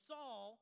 Saul